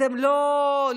אתם לא כל-יכולים.